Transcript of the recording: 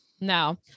No